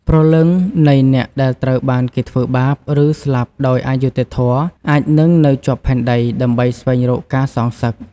ព្រលឹងនៃអ្នកដែលត្រូវបានគេធ្វើបាប ឬស្លាប់ដោយអយុត្តិធម៌ អាចនឹងនៅជាប់ផែនដីដើម្បីស្វែងរកការសងសឹក។